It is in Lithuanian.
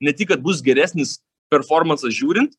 ne tik kad bus geresnis performansas žiūrint